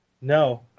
No